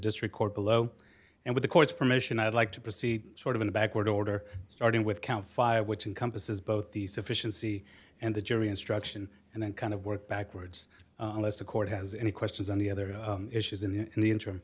district court below and with the court's permission i'd like to proceed sort of in a backward order starting with count five which encompasses both the sufficiency and the jury instruction and then kind of work backwards unless the court has any questions on the other issues in the in